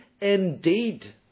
indeed